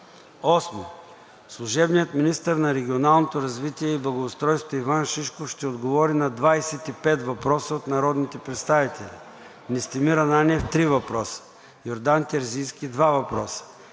8. Служебният министър на регионалното развитие и благоустройството Иван Шишков ще отговори на 25 въпроса от народните представители Настимир Ананиев – три въпроса; Йордан Терзийски – два въпроса;